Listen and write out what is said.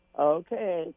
Okay